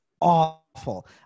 awful